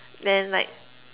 then like